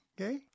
Okay